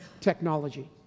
technology